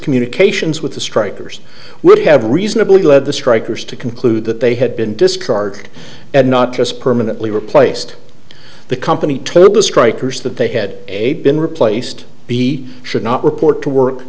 communications with the strikers would have reasonably led the strikers to conclude that they had been discharged and not just permanently replaced the company told the strikers that they had a been replaced b should not report to work